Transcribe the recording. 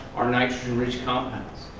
are nitrogen rich compounds.